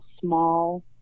small